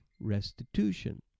restitution